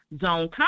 zone